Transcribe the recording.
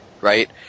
right